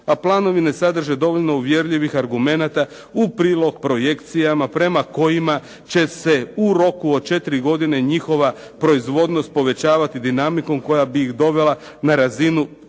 a planovi ne sadrže dovoljno uvjerljivih argumenata u prilog projekcijama prema kojima će se u roku od četiri godine njihova proizvodnost povećavati dinamikom koja bi ih dovela na razinu